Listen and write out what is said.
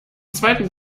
zweiten